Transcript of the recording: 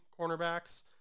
cornerbacks